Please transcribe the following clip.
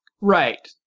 right